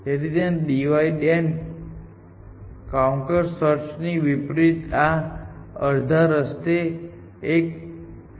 તેથી divide and conquer search થી વિપરીત આ અડધા રસ્તે એક રિલે લેયર જાળવે છે